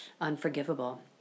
unforgivable